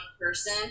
person